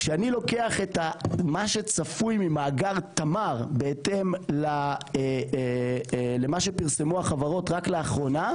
כשאני לוקח את מה שצפוי ממאגר תמר בהתאם למה שפרסמו החברות רק לאחרונה,